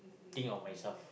think of myself